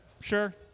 Sure